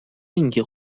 اینکه